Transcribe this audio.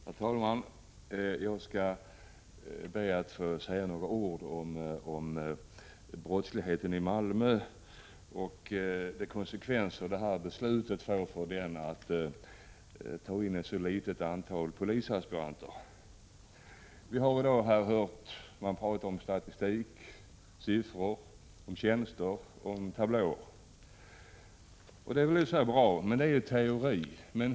Herr talman! Jag skall be att få säga några ord om brottsligheten i Malmö och konsekvenserna för den av beslutet att ta in ett så litet antal polisaspiranter. Vi har i dag hört hur man har pratat om statistik, siffror, tjänster och tablåer. Det är i och för sig bra, men det är teori.